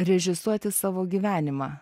režisuoti savo gyvenimą